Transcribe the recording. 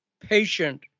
patient